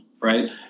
right